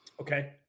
okay